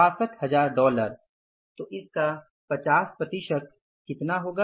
62000 dollar तो इसका 50 percent कितना होगा